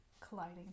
colliding